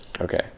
Okay